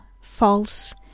false